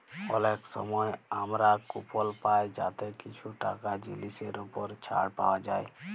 অলেক সময় আমরা কুপল পায় যাতে কিছু টাকা জিলিসের উপর ছাড় পাউয়া যায়